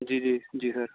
جی جی جی سر